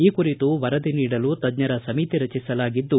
ಈ ಕುರಿತು ವರದಿ ನೀಡಲು ತಜ್ಜರ ಸಮಿತಿ ರಚಿಸಲಾಗಿದ್ದು